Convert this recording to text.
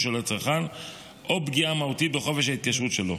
של הצרכן או פגיעה מהותית בחופש ההתקשרות שלו.